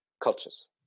cultures